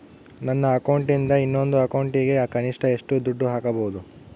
ನನ್ನ ಅಕೌಂಟಿಂದ ಇನ್ನೊಂದು ಅಕೌಂಟಿಗೆ ಕನಿಷ್ಟ ಎಷ್ಟು ದುಡ್ಡು ಹಾಕಬಹುದು?